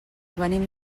venim